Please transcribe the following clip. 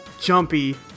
jumpy